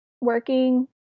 working